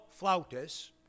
flautists